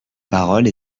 parole